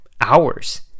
hours